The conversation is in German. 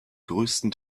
größten